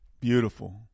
Beautiful